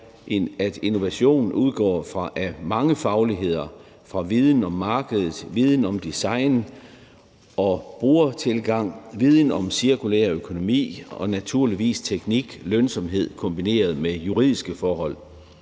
at innovation udspringer af mange fagligheder – fra viden om markedet, viden om design og brugertilgang, viden om cirkulær økonomi og naturligvis viden om teknik og lønsomhed kombineret med juridiske forhold.